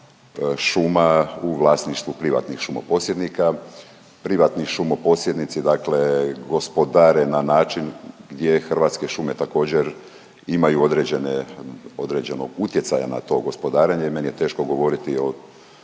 šuma u vlasništvu privatnih šumoposjednika. Privatni šumoposjednici dakle gospodare na način gdje Hrvatske šume također imaju određene, određenog utjecaja na to gospodarenje. Meni je teško govoriti o